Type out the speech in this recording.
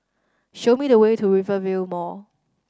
show me the way to Rivervale Mall